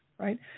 right